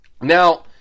Now